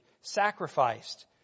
sacrificed